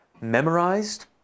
memorized